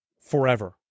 forever